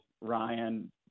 Ryan